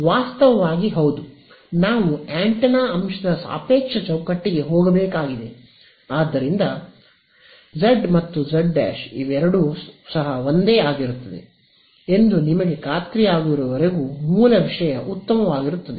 ವಾಸ್ತವವಾಗಿ ಹೌದು ನಾವು ಆಂಟೆನಾ ಅಂಶದ ಸಾಪೇಕ್ಷ ಚೌಕಟ್ಟಿಗೆ ಹೋಗಬೇಕಾಗಿದೆ ಆದ್ದರಿಂದ ಸಹ z ಮತ್ತು z 'ಒಂದೇ ಆಗಿರುತ್ತದೆ ಎಂದು ನಿಮಗೆ ಖಾತ್ರಿಯಿರುವವರೆಗೂ ಮೂಲ ವಿಷಯ ಉತ್ತಮವಾಗಿರುತ್ತದೆ